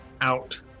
out